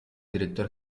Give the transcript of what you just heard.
director